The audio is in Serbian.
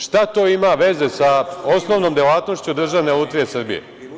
Šta to ima veze sa osnovnom delatnošću Državne lutrije Srbije?